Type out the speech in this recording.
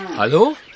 Hallo